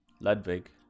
Ludwig